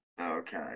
Okay